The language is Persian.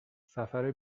سفر